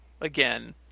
again